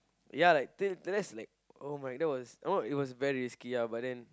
ya like that that was like oh my that was some more it was very risky ah but then